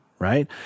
right